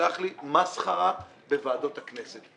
תסלח לי, מסחארה בוועדות הכנסת.